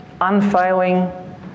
unfailing